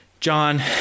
john